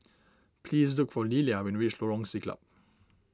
please look for Lillia when you reach Lorong Siglap